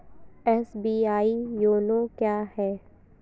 SBI YONO क्या है?